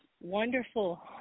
wonderful